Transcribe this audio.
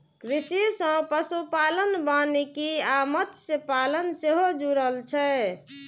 कृषि सं पशुपालन, वानिकी आ मत्स्यपालन सेहो जुड़ल छै